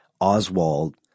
Oswald